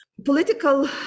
political